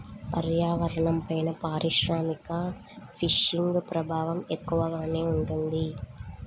పర్యావరణంపైన పారిశ్రామిక ఫిషింగ్ ప్రభావం ఎక్కువగానే ఉంటుంది